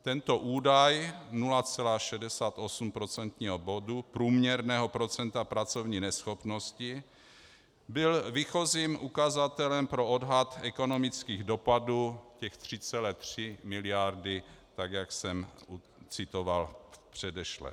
Tento údaj 0,68 procentního bodu průměrného procenta pracovní neschopnosti byl výchozím ukazatelem pro odhad ekonomických dopadů těch 3,3 mld., tak jak jsem citoval v předešlém.